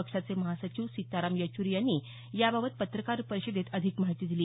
पक्षाचे महासचिव सीताराम येच्री यांनी याबाबत पत्रकार परिषदेत अधिक माहिती दिली